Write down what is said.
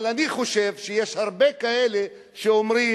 אבל אני חושב שיש הרבה כאלה שאומרים